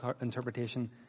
interpretation